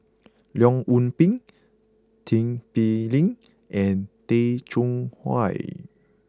Leong Yoon Pin Tin Pei Ling and Tay Chong Hai